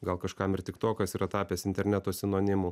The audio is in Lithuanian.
gal kažkam ir tiktokas yra tapęs interneto sinonimu